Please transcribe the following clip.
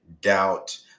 doubt